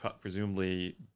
presumably